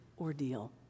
ordeal